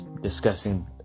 discussing